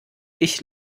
ich